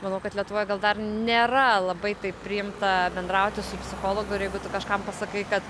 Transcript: manau kad lietuvoj gal dar nėra labai taip priimta bendrauti su psichologu ir jeigu tu kažką pasakai kad